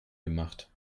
gemacht